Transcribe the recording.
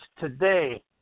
today